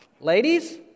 ladies